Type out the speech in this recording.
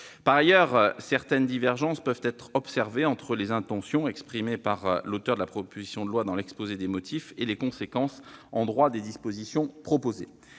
Par ailleurs, certaines divergences peuvent être observées entre les intentions exprimées par l'auteur de la proposition de loi dans l'exposé des motifs et les conséquences en droit des dispositions prévues.